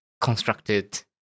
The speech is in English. constructed